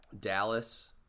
Dallas